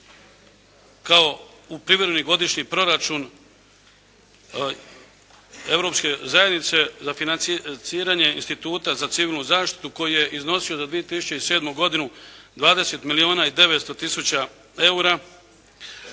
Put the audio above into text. kao u privremeni godišnji proračun Europske zajednice za financiranje instituta za civilnu zaštitu koji je iznosio do 2007. godinu 20 milijuna i 900 tisuća eura,